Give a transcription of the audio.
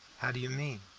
how do you mean?